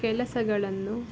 ಕೆಲಸಗಳನ್ನು